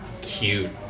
cute